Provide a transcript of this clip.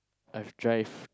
I've drive